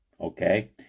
okay